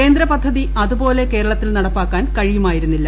കേന്ദ്രപദ്ധതി അതുപോലെ കേരളത്തിൽ നടപ്പാക്കാൻ കഴിയുമായിരുന്നില്ല